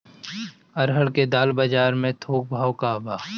अरहर क दाल बजार में थोक भाव का बा?